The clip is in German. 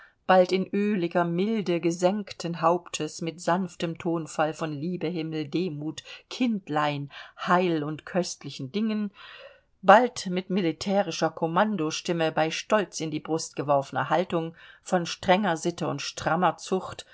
bald in öliger milde gesenkten hauptes mit sanftem tonfall von liebe himmel demut kindlein heil und köstlichen dingen bald mit militärischer kommandostimme bei stolz in die brust geworfener haltung von strenger sitte und strammer zucht